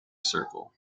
circle